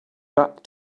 back